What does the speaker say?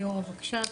ליאורה, בבקשה.